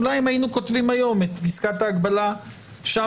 אולי אם היינו כותבים היום את פסקת ההגבלה שם